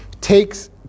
takes